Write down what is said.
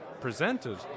presented